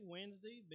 Wednesday